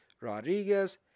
Rodriguez